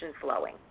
flowing